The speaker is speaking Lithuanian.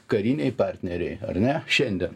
kariniai partneriai ar ne šiandien